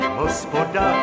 hospoda